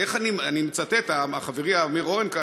אני מצטט את חברי אמיר אורן.